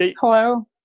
hello